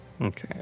Okay